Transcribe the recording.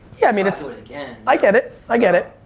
yeah i mean it so it again. i get it, i get it.